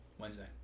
Wednesday